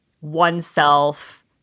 oneself